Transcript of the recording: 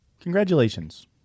Congratulations